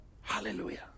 Hallelujah